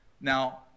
Now